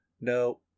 no